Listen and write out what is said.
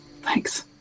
Thanks